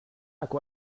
akku